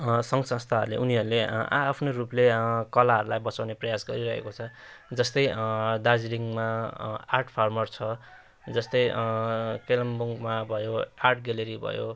सङ्घ संस्थाहरूले उनीहरूले आ आफ्नो रूपले कलाहरूलाई बचाउने प्रयास गरिरहेको छ जस्तै दार्जिलिङमा आर्ट फार्मर छ जस्तै कालेबुङमा भयो आर्ट ग्यालेरी भयो